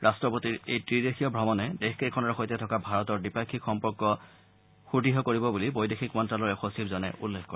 ৰাট্টপতিৰ এই ৱিদেশীয় ভ্ৰমণে দেশকেইখনৰ সৈতে থকা ভাৰতৰ দ্বিপাক্ষিক সম্পৰ্ক সুদ্য় কৰিব বুলি বৈদেশিক মন্ত্যালয়ৰ সচিবজনে উল্লেখ কৰে